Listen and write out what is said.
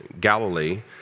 Galilee